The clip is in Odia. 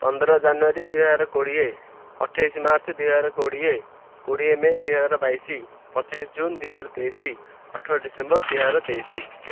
ପନ୍ଦର ଜାନୁଆରୀ ଦୁଇହାର କୋଡ଼ିଏ ଅଠେଇଶ ମାର୍ଚ୍ଚ ଦିଇହଜ କୋଡ଼ିଏ କୋଡ଼ିଏ ମେ' ଦୁଇହଜାର ବାଇଶ ପଚିଶ ଜୁନ ଦୁଇହଜାର ତେଇଶ ଅଠର ଡିସେମ୍ବର ଦୁଇହଜାର ତେଇଶ